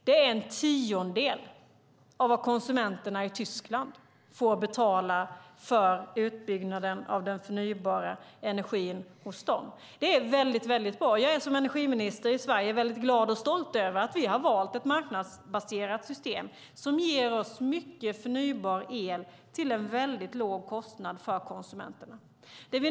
Det är en tiondel av vad konsumenterna i Tyskland får betala för utbyggnaden av den förnybara energin där. Det är bra, och jag är som energiminister glad och stolt över att vi har valt ett marknadsbaserat system som ger oss mycket förnybar el till en låg kostnad för konsumenterna.